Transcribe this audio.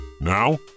Now